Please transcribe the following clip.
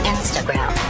Instagram 、